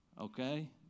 okay